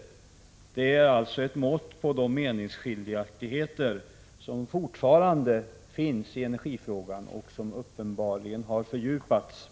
Det är alltså ett mått på de meningsskiljaktigheter mellan de borgerliga partierna som fortfarande finns i energifrågan och som uppenbarligen har fördjupats.